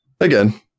again